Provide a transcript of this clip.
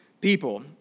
people